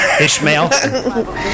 Ishmael